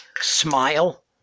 smile